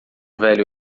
velho